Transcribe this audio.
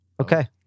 Okay